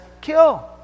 kill